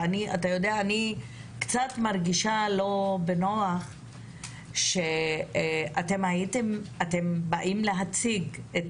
ואני קצת מרגישה שלא בנוח שאתם באים להציג את